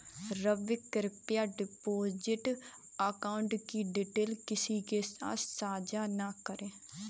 रवि, कृप्या deposit account की details किसी के साथ सांझा न करें